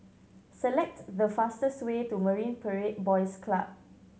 select the fastest way to Marine Parade Boys Club